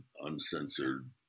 uncensored